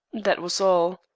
that was all.